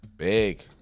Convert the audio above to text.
Big